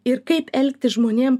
ir kaip elgtis žmonėm